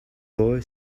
boy